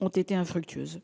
ont été infructueuses.